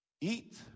Eat